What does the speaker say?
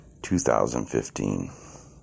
2015